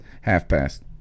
half-past